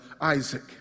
Isaac